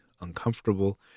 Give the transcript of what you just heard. uncomfortable